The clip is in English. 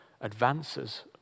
advances